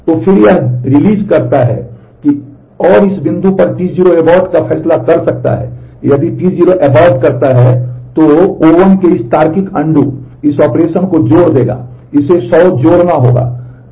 तो फिर यह जारी इस ऑपरेशन को जोड़ देगा इसे 100 जोड़ना होगा